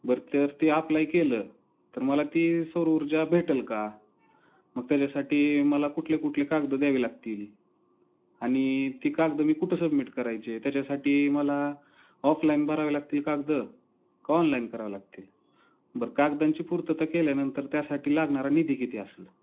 बरं तर ती आप्लाय केलं तर मला ती सौरऊर्जा भेटंल का मग त्याच्यासाठी मला कुठले कुठले कागद द्यावी लागतील आणि ती कागद मी कुठं सबमिट करायचे त्याच्यासाठी मला ऑफलाईन भरावी लागतील कागद का ऑनलाईन करावे लागतील बरं कागदांची पूर्तता केल्यानंतर त्यासाठी लागणारा निधी किती असेल